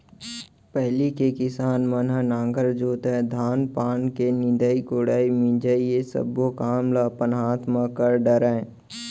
पहिली के किसान मन ह नांगर जोतय, धान पान के निंदई कोड़ई, मिंजई ये सब्बो काम ल अपने हाथ म कर डरय